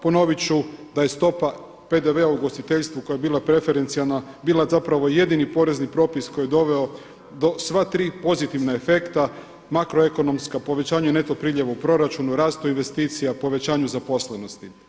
Ponovit ću da je stopa PDV-a u ugostiteljstvu koja je bila preferencijalna bila zapravo jedini porezni propis koji je doveo do sva tri pozitivna efekta makroekonomskom povećanju i neto priljevu proračunu, rastu investicija, povećanju zaposlenosti.